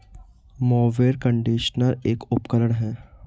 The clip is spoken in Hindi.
मोवेर कंडीशनर एक उपकरण है